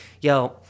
Yo